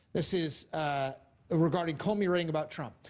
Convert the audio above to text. this is regarding comey writing about trump.